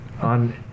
on